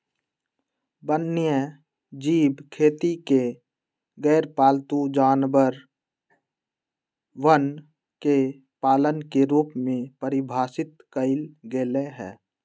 वन्यजीव खेती के गैरपालतू जानवरवन के पालन के रूप में परिभाषित कइल गैले है